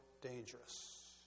dangerous